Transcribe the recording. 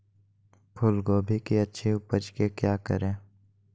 फूलगोभी की अच्छी उपज के क्या करे?